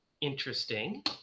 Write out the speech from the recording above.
interesting